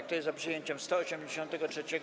Kto jest za przyjęciem 183.